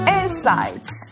insights